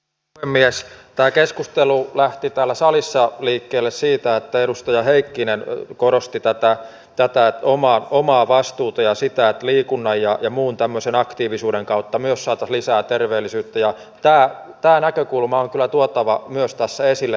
pr mies tai keskustelu lähti täällä salissa liikkeelle siitä että edustaja heikkinen korosti tätä pyytää tuomaan omaa vastuuta ja sitä on liikunnan ja muun tämmöisen aktiivisuuden kautta myös syrjäytymisvaarassa olevista lapsista pitää huolehtia heidät pitää saada päiväkoteihin kouluihin palveluiden piirin